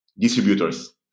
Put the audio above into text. distributors